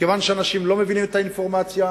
מכיוון שאנשים לא מבינים את האינפורמציה.